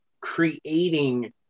creating